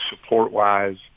support-wise